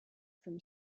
from